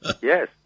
Yes